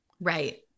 Right